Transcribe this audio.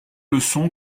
leçon